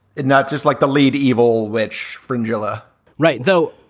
it not just like the lead evil witch frangela right, though.